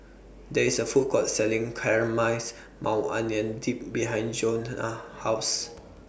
There IS A Food Court Selling Maui Onion Dip behind Johnna's House